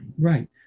Right